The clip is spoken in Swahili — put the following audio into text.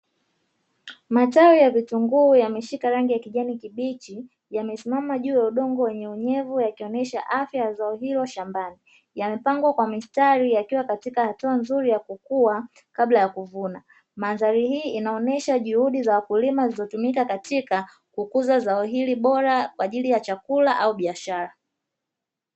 Matawi ya vitunguu yameshika rangi ya kijani kibichi yamesimama juu ya udongo wenye unyevu yakionyesha afya ya zao hilo shambani. Yamepangwa kwa mistari yakiwa katika hatua nzuri ya kukua kabla ya kuvuna. Mandhari hii inaonyesha juhudi za wakulima zilizotumika katika kukuza zao hili bora kwa ajili ya chakula au biashara.